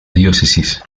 diócesis